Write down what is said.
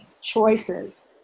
choices